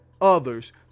others